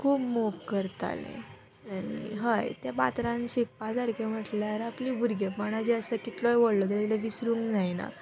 खूब मोग करतालें आनी हय त्या पात्रान शिकपा सारकें म्हटल्यार आपली भुरगेंपणां जीं आसा कितलोय व्हडलो जाल्यार विसरूंक जायना